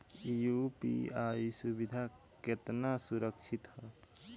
UPI सुविधा केतना सुरक्षित ह?